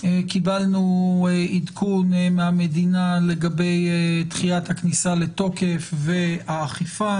קיבלנו עדכון מהמדינה לגבי דחיית הכניסה לתוקף והאכיפה,